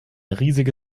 riesige